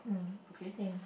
mm same